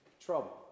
trouble